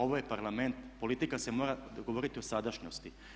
Ovo je Parlament, politika se mora dogovoriti o sadašnjosti.